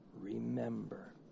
Remember